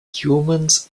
humans